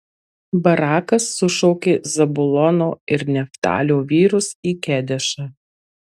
barakas sušaukė zabulono ir neftalio vyrus į kedešą